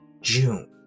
June